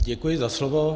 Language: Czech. Děkuji za slovo.